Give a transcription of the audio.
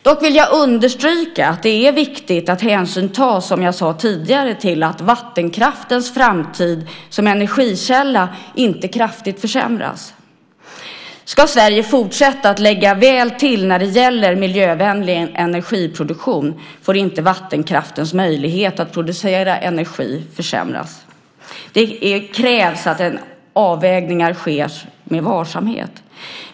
Dock vill jag understryka att det är viktigt att se till, som jag sade tidigare, att vattenkraftens framtid som energikälla inte kraftigt försämras. Ska Sverige fortsätta att ligga väl till när det gäller miljövänlig energiproduktion får inte vattenkraftens möjlighet att producera energi försämras. Det krävs att avvägningar sker med varsamhet.